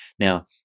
Now